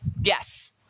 Yes